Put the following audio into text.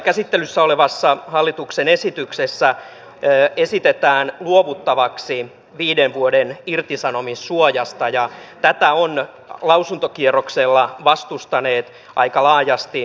käsittelyssä olevassa hallituksen esityksessä esitetään luovuttavaksi viiden vuoden irtisanomissuojasta ja tätä on lausuntokierroksella vastustanut aika laajasti työntekijäpuoli